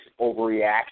overreaction